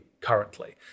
currently